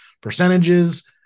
percentages